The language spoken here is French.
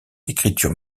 l’écriture